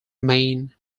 maine